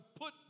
put